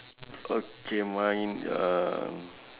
okay mine um